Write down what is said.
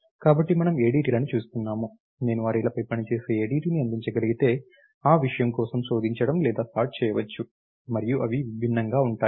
కాబట్టి మనము ADTలను చూస్తున్నాము నేను అర్రేలపై పనిచేసే ADTని అందించగలిగితే ఆ విషయం కోసం శోధించడం లేదా సార్ట్ చేయవచ్చు మరియు అవి భిన్నంగా ఉంటాయి